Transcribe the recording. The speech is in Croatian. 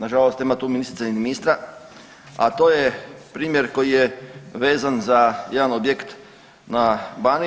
Na žalost nema tu ministrice ni ministra, a to je primjer koji je vezan za jedan objekt na Baniji.